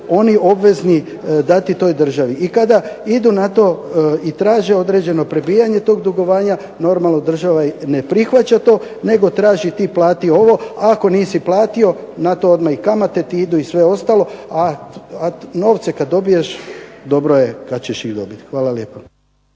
oni obvezni dati toj državi. I kada idu na to i traže određeno prebijanje toga dugovanja, normalno država ne prihvaća to nego traži ti plati ovo, ako nisi platio na to idu i kamate idu i sve ostalo, a novce kada dobiješ dobro je kada ćeš ih dobiti. Hvala lijepo.